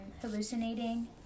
hallucinating